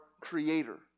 creator